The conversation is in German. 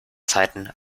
zeiten